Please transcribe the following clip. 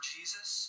Jesus